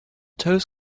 toes